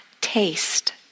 taste